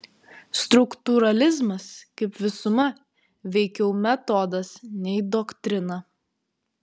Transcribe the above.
struktūralizmas kaip visuma veikiau metodas nei doktrina